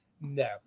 No